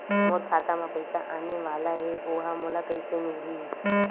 मोर खाता म पईसा आने वाला हे ओहा मोला कइसे मिलही?